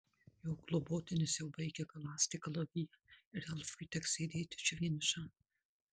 jo globotinis jau baigia galąsti kalaviją ir elfui teks sėdėti čia vienišam